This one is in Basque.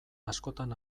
askotan